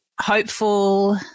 hopeful